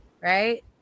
right